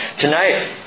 Tonight